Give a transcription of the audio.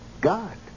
god